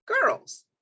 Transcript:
girls